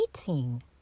eating